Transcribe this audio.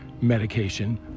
medication